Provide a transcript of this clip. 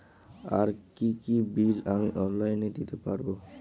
আর কি কি বিল আমি অনলাইনে দিতে পারবো?